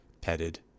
petted